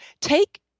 take